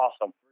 awesome